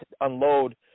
unload